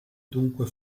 dunque